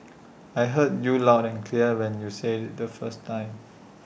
I heard you loud and clear when you said IT the first time